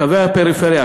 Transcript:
בקווי הפריפריה,